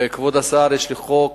כבוד השר, יש לי חוק